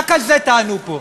רק על זה תענו פה.